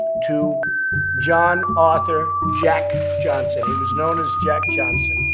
to john arthur jack johnson. he was known as jack johnson,